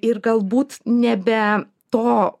ir galbūt nebe to